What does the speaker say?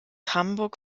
hamburg